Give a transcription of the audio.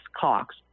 Cox